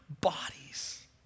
bodies